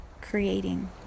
creating